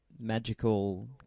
magical